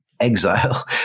Exile